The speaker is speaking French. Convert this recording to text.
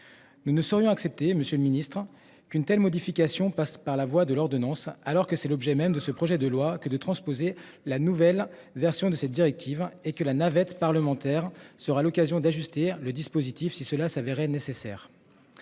Nous ne saurions accepter Monsieur le Ministre qu'une telle modification passe par la voie de l'ordonnance. Alors que c'est l'objet même de ce projet de loi que de transposer la nouvelle version de cette directive et que la navette parlementaire sera l'occasion d'ajuster le dispositif si cela s'avérait nécessaire.